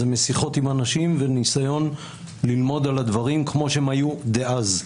זה משיחות עם אנשים וניסיון ללמוד על הדברים כמו שהם היו דאז,